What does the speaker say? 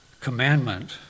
commandment